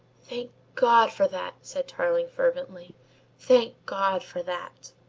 thank god for that! said tarling fervently thank god for that!